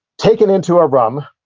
taken into a room,